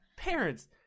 parents